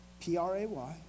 P-R-A-Y